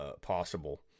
possible